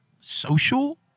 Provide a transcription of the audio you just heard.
social